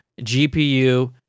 GPU